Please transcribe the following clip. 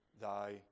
thy